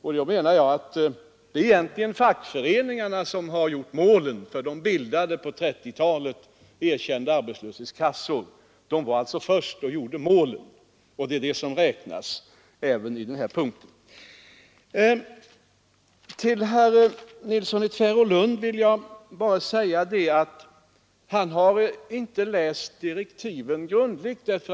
Och jag menar att det egentligen var fackföreningarna som gjorde målen, eftersom de bildade erkända arbetslöshetskassor på 1930-talet. De var alltså först. De gjorde målen. Och det är det som räknas även i detta fall. Till herr Nilsson i Tvärålund vill jag säga att han tydligen inte har läst direktiven särskilt grundligt.